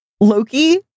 Loki